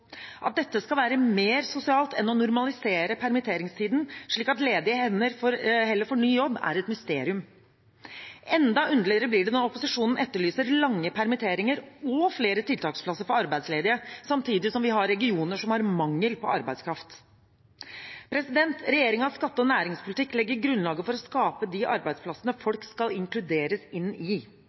At dette skal være mer sosialt enn å normalisere permitteringstiden slik at ledige hender heller får ny jobb, er et mysterium. Enda underligere blir det når opposisjonen etterlyser lange permitteringer og flere tiltaksplasser for arbeidsledige, samtidig som vi har regioner som har mangel på arbeidskraft. Regjeringens skatte- og næringspolitikk legger grunnlaget for å skape de arbeidsplassene folk skal inkluderes inn i.